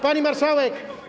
Pani Marszałek!